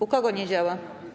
U kogo nie działa?